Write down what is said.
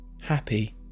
happy